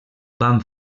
van